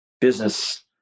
business